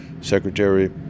Secretary